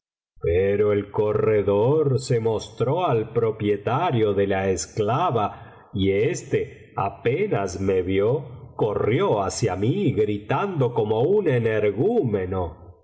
pero el corredor me mostró al propietario de la esclava y éste apenas me vio corrió hacia mí gritando como un energúmeno